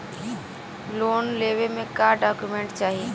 Loan लेवे मे का डॉक्यूमेंट चाही?